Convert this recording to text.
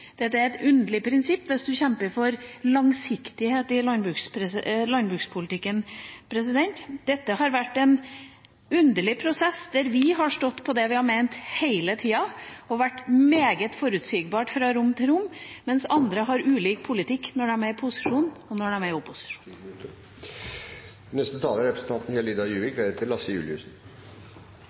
er et underlig prinsipp hvis man kjemper for langsiktighet i landbrukspolitikken. Dette har vært en underlig prosess, der vi har stått på det vi har ment hele tida og vært meget forutsigbare fra rom til rom, mens andre har ulik politikk når de er i posisjon og når de er i opposisjon. Det er